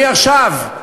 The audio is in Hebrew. אני עכשיו,